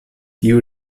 tiu